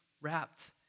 wrapped